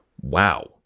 Wow